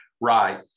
Right